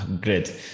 Great